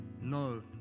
no